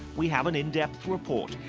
we have an in depth report.